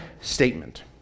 statement